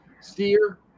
steer